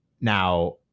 Now